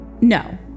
No